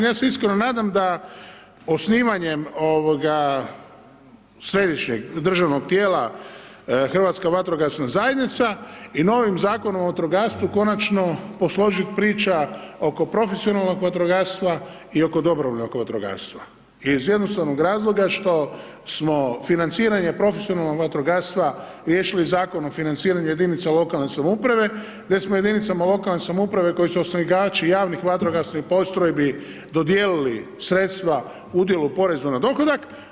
Ja se nadam da osnivanjem središnjeg državnog tijela Hrvatska vatrogasna zajednica i novim Zakonom o vatrogastvu, konačno posložiti priča oko profesionalnog vatrogastva i oko Dobrovoljnog vatrogastva, iz jednostavnog razloga, što smo financiranje profesionalnog vatrogastva, riješili Zakon o financiranju jedinice lokalne samouprave, gdje smo jedinicama lokalne samouprave koji su osnivači javnih vatrogasnih postrojbi, dodjeli sredstva udjel o porezu na dohodak.